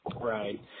Right